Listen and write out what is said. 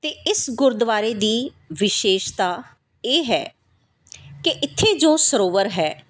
ਅਤੇ ਇਸ ਗੁਰਦੁਆਰੇ ਦੀ ਵਿਸ਼ੇਸ਼ਤਾ ਇਹ ਹੈ ਕਿ ਇੱਥੇ ਜੋ ਸਰੋਵਰ ਹੈ